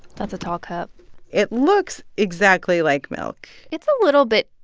that's a tall cup it looks exactly like milk it's a little bit,